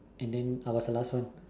and then I was the last one